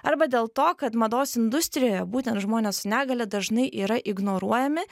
arba dėl to kad mados industrijoje būtent žmonės su negalia dažnai yra ignoruojami